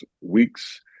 weeks